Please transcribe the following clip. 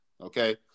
okay